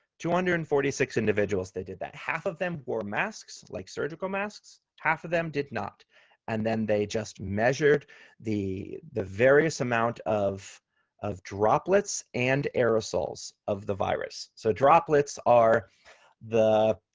two hundred and forty-six individuals, they did that. half of them wore masks like surgical masks. half of them did not and then they just measured the the various amount of of droplets and aerosols of the virus. so droplets are the,